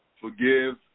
forgive